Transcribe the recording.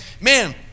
man